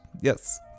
Yes